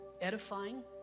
edifying